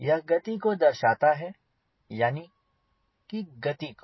यह गति को दर्शाता है यानी की गति को